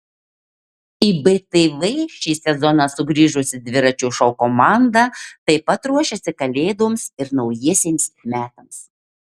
į btv šį sezoną sugrįžusi dviračio šou komanda taip pat ruošiasi kalėdoms ir naujiesiems metams